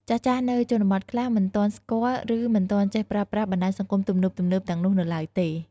ចាស់ៗនៅជនបទខ្លះមិនទាន់ស្គាល់ ឬមិនទាន់ចេះប្រើប្រាស់បណ្ដាញសង្គមទំនើបៗទាំងនោះនៅឡើយទេ។